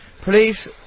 Please-